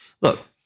look